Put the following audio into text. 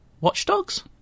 Watchdogs